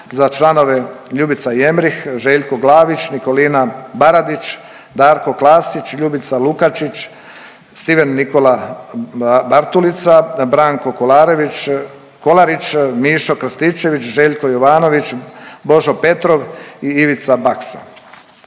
za članove Ljubica Jemrih, Željko Glavić, Nikolina Baradić, Darko Klasić, Ljubica Lukačić, Stephen Nikola Bartulica, Branko Kolarević, Kolarić, Mišo Krstičević, Željko Jovanović, Božo Petrov i Ivica Baksa.